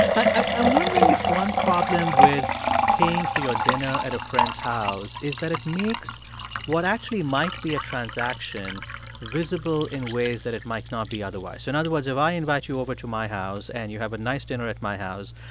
i'm wondering if one problem with paying for your dinner at a friend's house is that it makes what actually might be a transaction visible in ways that it might not be otherwise. so in other words, if i invite you over to my house and you have a nice dinner at my house,